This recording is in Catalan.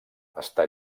està